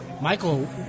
Michael